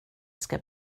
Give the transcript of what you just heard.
ska